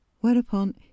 Whereupon